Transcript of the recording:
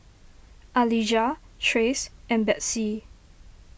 Alijah Trace and Betsey